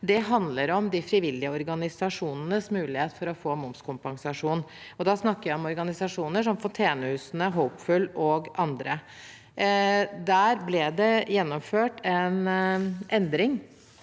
Det handler om de frivillige organisasjonenes mulighet for å få momskompensasjon. Da snakker jeg om organisasjoner som fontenehusene, Hopeful og andre. Der ble det gjennomført en endring